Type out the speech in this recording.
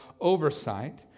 oversight